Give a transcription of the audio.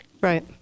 Right